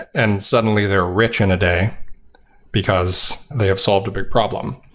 and suddenly they're rich in a day because they have solved a bit problem,